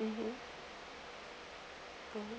mmhmm